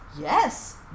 Yes